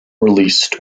released